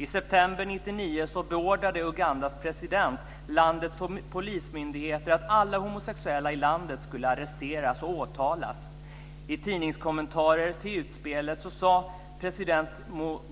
I september 1999 beordrade Ugandas president landets polismyndigheter att alla homosexuella i landet skulle arresteras och åtalas. I tidningskommentarer till utspelet sade president